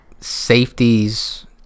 safeties